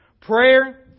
Prayer